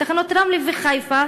מתחנות רמלה וחיפה,